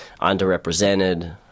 underrepresented